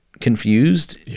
confused